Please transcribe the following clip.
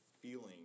feeling